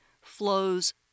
flows